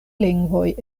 lingvoj